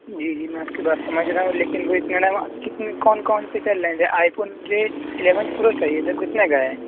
جی جی میں آپ کی بات سمجھ رہا ہوں لیکن وہ اِس کے علاوہ کتنے کون کون سے چل رہے ہیں جیسے آئی فون جی ایلیون پرو چاہیے تھا کتنے کا ہے